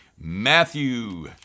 Matthew